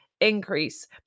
increase